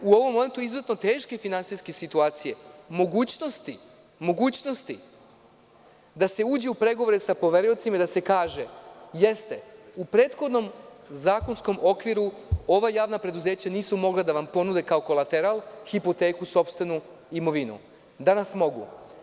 U ovom momentu izuzetno teške finansijske situacije, mogućnosti da se uđe u pregovore sa poveriocima i da se kaže – jeste, u prethodnom zakonskom okviru ova javna preduzeća nisu mogla da vam ponude kao kolateral hipoteku sopstvenu imovinu, danas mogu.